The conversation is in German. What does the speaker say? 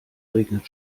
regnet